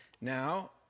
Now